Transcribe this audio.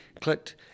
clicked